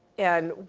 and